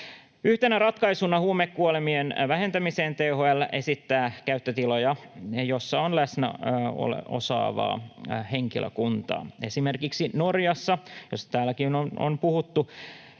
Yhtenä ratkaisuna huumekuolemien vähentämiseen THL esittää käyttötiloja, joissa on läsnä osaavaa henkilökuntaa. Esimerkiksi Norjassa, josta täälläkin on puhuttu,